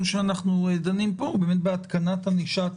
שאנחנו עורכים פה הוא על התקנת ענישת